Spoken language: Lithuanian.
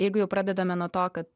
jeigu jau pradedame nuo to kad